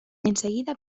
enseguida